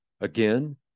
Again